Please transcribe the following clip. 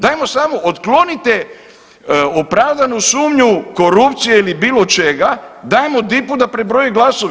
Dajmo samo, otklonite opravdanu sumnju korupcije ili bilo čega, dajmo DIP-u da prebroji glasove.